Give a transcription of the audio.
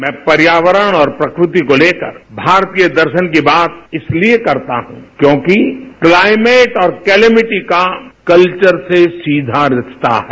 मैं पर्यावरण और प्रकृति को लेकर भारतीय दर्शन की बात इसलिए करता हूं कि क्योंकि क्लाइमेट और क्लेमिटी का कल्वर से सीधा रिश्ता है